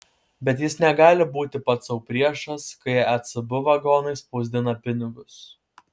bet jis negali būti pats sau priešas kai ecb vagonais spausdina pinigus